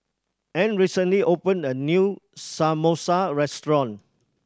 Ann recently opened a new Samosa restaurant